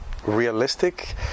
realistic